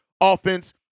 offense